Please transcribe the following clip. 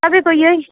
तपाईँको यही